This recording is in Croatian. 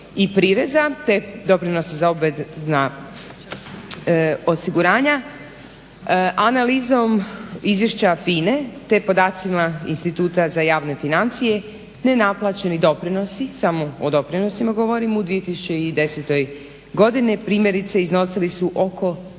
na dohodak te doprinosi za obvezna osiguranja, analizom izvješća FINA-e te podacima Instituta za javne financije nenaplaćeni doprinosi, samo o doprinosima govorim u 2010. godini primjerice iznosili su oko